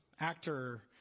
Actor